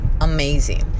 amazing